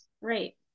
right